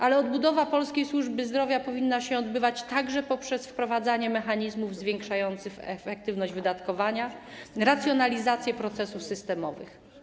Ale odbudowa polskiej służby zdrowia powinna się odbywać także poprzez wprowadzanie mechanizmów zwiększających efektywność wydatkowania, racjonalizację procesów systemowych.